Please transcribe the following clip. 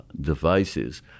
devices